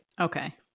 okay